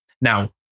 Now